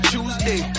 Tuesday